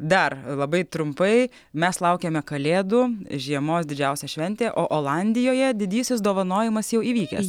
dar labai trumpai mes laukiame kalėdų žiemos didžiausia šventė o olandijoje didysis dovanojimas jau įvykęs